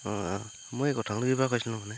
অঁ অঁ মই এই কঠালগুৰীৰ পৰা কৈছিলোঁ মানে